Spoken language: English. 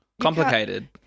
complicated